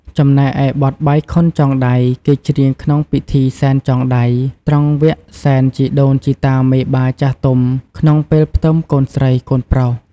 ចំណែកឯបទបាយខុនចងដៃ គេច្រៀងក្នុងពិធីសែនចងដៃ ត្រង់វគ្គសែនជីដូនជីតាមេបាចាស់ទុំ ក្នុងពេលផ្ទឹមកូនស្រី កូនប្រុស។